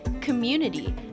community